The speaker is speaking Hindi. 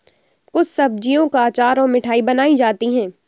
कुछ सब्जियों का अचार और मिठाई बनाई जाती है